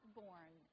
born